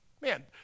man